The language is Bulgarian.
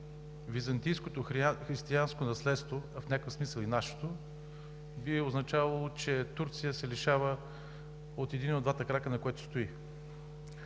византийското християнско наследство, а в някакъв смисъл и нашето, би означавало, че Турция се лишава от един от двата крака, на които стои.